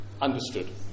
Understood